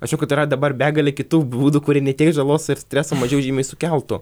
mačiau kad yra dabar begalė kitų būdų kurie ne tiek žalos ir streso mažiau žymiai sukeltų